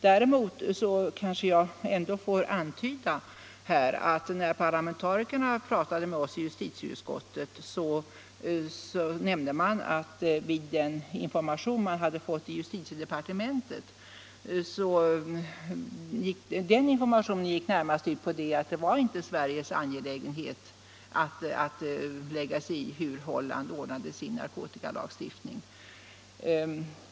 Däremot kanske jag ändå får antyda att när parlamentarikerna talade med oss i justitieutskottet nämnde de att den information de hade fått i justitiedepartementet närmast gick ut på att det inte var Sveriges sak att lägga sig i hur Holland ordnade sin narkotikalagstiftning.